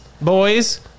boys